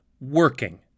working